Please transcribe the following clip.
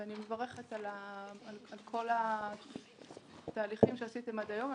אני מברכת על כל התהליכים שעשיתם עד היום.